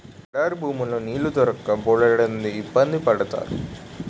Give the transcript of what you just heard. ఎడారి భూముల్లో నీళ్లు దొరక్క బోలెడిబ్బంది పడతారు